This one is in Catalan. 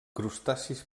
crustacis